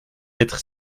être